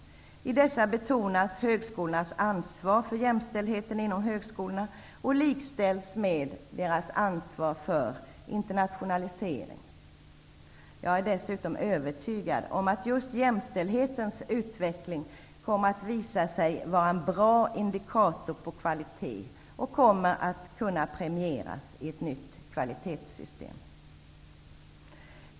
I dessa betonas högskolornas ansvar för jämställdheten inom högskolorna och likställs med deras ansvar för internationaliseringen. Jag är dessutom övertygad om att just jämställdhetens utveckling kommer att visa sig vara en bra indikator på kvalitet och kommer att kunna premieras i ett nytt kvalitetssystem.